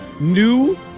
new